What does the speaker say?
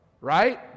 right